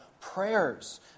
prayers